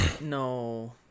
no